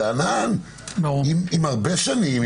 זה ענן עם הרבה שנים,